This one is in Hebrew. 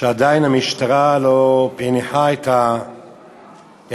ועדיין המשטרה לא פענחה אם מדובר